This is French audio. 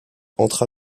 entra